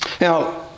Now